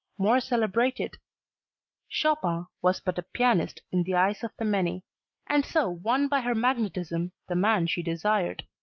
more celebrated chopin was but a pianist in the eyes of the many and so won by her magnetism the man she desired.